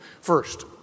First